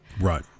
Right